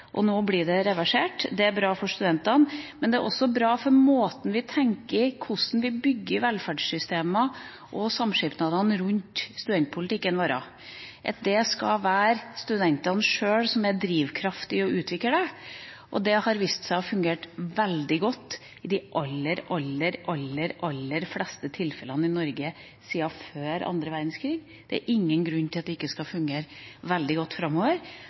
og nå blir det reversert. Det er bra for studentene, men det er også bra for måten vi tenker på om hvordan vi bygger velferdssystemer og samskipnadene rundt studentpolitikken vår – at det skal være studentene sjøl som er drivkrafta i å utvikle det. Det har vist seg å fungere veldig godt i de aller, aller fleste tilfeller i Norge siden før annen verdenskrig. Det er ingen grunn til at det ikke skal fungere veldig godt framover,